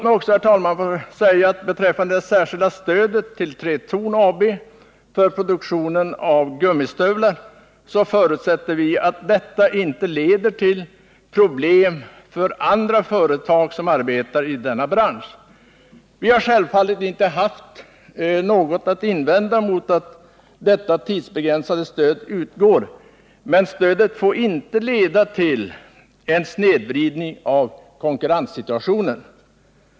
Vi förutsätter att det särskilda stödet till Tretorn AB inte leder till problem för andra företag som arbetar i samma bransch. Vi har självfallet inte haft något att invända mot att detta tidsbegränsade stöd utgår, men stödet får inte leda till en snedvridning av konkurrenssituationen.